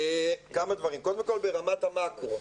כמה דברים, קודם כל ברמת המאקרו.